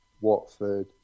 Watford